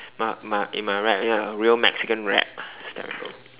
my my in my wrap ya real Mexican wrap it's terrible